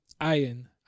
Iron